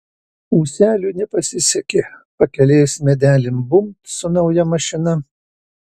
ūseliui nepasisekė pakelės medelin bumbt su nauja mašina